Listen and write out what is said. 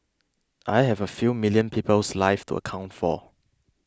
I have a few million people's lives to account for